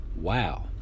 wow